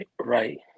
Right